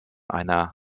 einer